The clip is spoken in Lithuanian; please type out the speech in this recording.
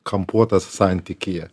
kampuotas santykyje